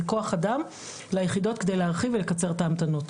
זה כוח אדם ליחידות כדי להרחיב ולקצר את ההמתנות.